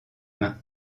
main